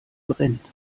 brennt